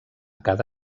cada